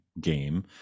game